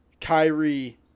Kyrie